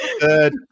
third